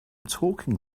talking